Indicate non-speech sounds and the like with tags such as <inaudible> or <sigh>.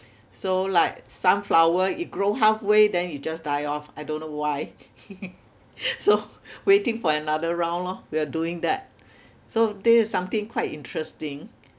so like sunflower it grow halfway then it just die off I don't know why <laughs> so waiting for another round lor we are doing that so this is something quite interesting